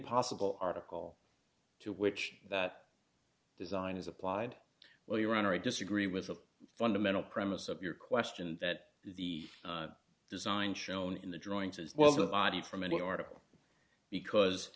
possible article to which that design is applied well your honor i disagree with a fundamental premise of your question that the design shown in the drawings as well as the body from any article because